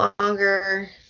longer